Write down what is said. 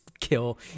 Kill